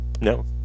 No